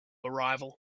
arrival